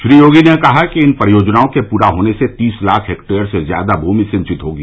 श्री योगी ने कहा कि इन परियोजनाओं के पूरा होने से तीस लाख हेक्टेयर से ज़्यादा भूमि सिंचित होगी